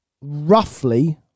roughly